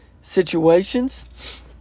situations